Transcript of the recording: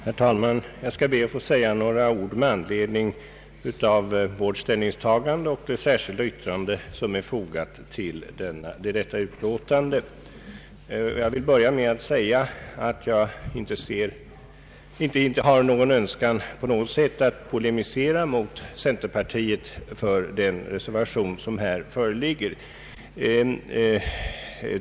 Herr talman! Jag skall be att få säga några ord med anledning av vårt ställningstagande och det särskilda yttrande som vi fogat till detta utlåtande. Jag vill börja med att säga att jag inte har någon önskan att polemisera emot centerpartiet för den reservation som här föreligger.